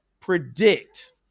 predict